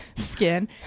skin